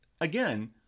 again